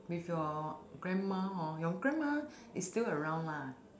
with your grandma hor your grandma is still around lah